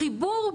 החיבור בין,